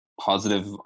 positive